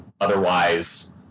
otherwise